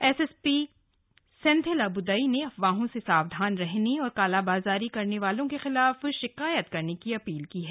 S S P Senthil Abdai ने अफवाहों से सावधान रहने और कालाबाजारी करने वालों के खिलाफ शिकायत करने की अपील की है